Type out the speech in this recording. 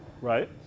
right